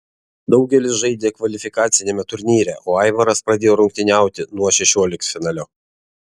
daugelis žaidė kvalifikaciniame turnyre o aivaras pradėjo rungtyniauti nuo šešioliktfinalio